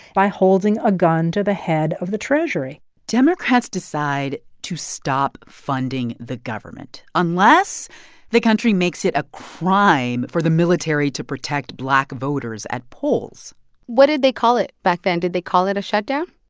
by holding a gun to the head of the treasury democrats decide to stop funding the government unless the country makes it a crime for the military to protect black voters at polls what did they call it back then? did they call it a shutdown?